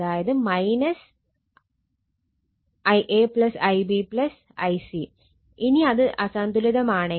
അതായത് ഇനി ഇത് അസന്തുലിതമാണെങ്കിൽ In 0 ആയിരിക്കില്ല